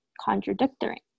contradicting